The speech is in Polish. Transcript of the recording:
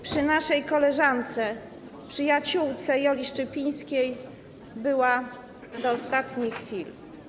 Przy naszej koleżance, przyjaciółce Joli Szczypińskiej była do ostatniej chwili.